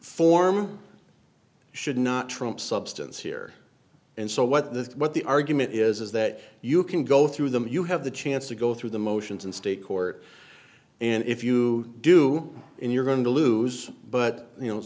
form should not trump substance here and so what this what the argument is d is that you can go through them you have the chance to go through the motions and state court and if you do you're going to lose but you know it's